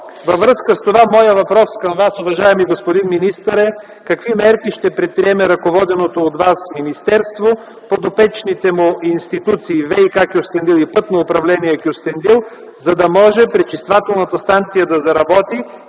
Във връзка с това моят въпрос към Вас, уважаеми господин министър, е: какви мерки ще предприеме ръководеното от Вас министерство, подопечните му институции ВиК - Кюстендил, и „Пътно управление” – Кюстендил, за да може пречиствателната станция да заработи,